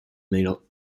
middle